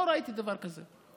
לא ראיתי דבר כזה,